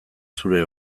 zure